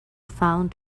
found